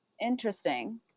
Interesting